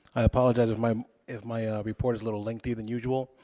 i apologize if my if my report is a little lengthier than usual.